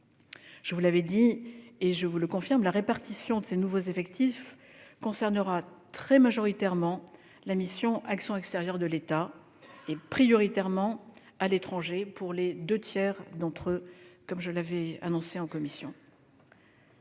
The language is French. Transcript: Je vous l'avais dit et je vous le confirme, la répartition de ces nouveaux effectifs concernera très majoritairement la mission « Action extérieure de l'État », prioritairement à l'étranger, pour les deux tiers d'entre eux, comme je l'avais annoncé en commission.